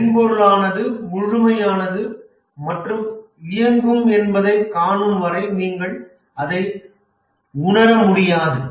மென்பொருளானது முழுமையானது மற்றும் இயங்கும் என்பதைக் காணும் வரை நீங்கள் அதைப் உணரமுடியாது